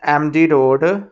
MG road